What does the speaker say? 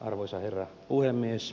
arvoisa herra puhemies